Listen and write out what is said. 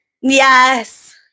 Yes